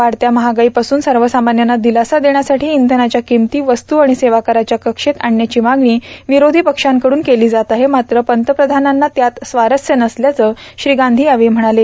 वाढत्या महागाईपासून सर्वसामान्यांना दिलासा देण्यासाठी इंधनाच्या किमती वस्तू आणि सेवा कराच्या कक्षेत आणण्याची मागणी विरोधी पक्षांकडून केली जात आहे मात्र पंतप्रधानांना त्यात स्वारस्य नसल्याचं श्री गांधी यावेळी म्हणाले